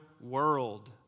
world